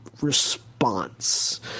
response